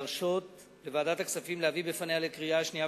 להרשות לוועדת הכספים להביא לפניה לקריאה שנייה